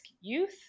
youth